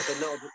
No